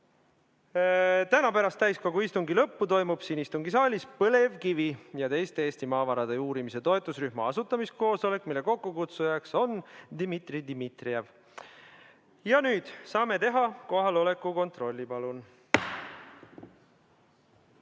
pärast täiskogu istungi lõppu toimub siin istungisaalis põlevkivi ja teiste Eesti maavarade uurimise toetusrühma asutamiskoosolek, mille kokkukutsuja on Dmitri Dmitrijev. Nüüd saame teha kohaloleku kontrolli. Palun!